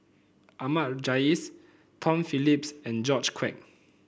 Ahmad Jais Tom Phillips and George Quek